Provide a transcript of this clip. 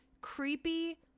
creepy